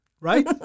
right